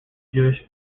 jewish